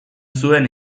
zuen